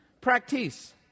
Practice